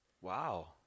Wow